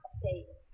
safe